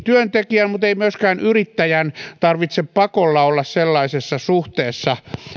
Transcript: työntekijän mutta ei myöskään yrittäjän tarvitse pakolla olla sellaisessa